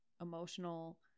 emotional